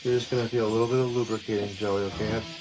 just gonna feel a little bit of lubricating jelly okay? ah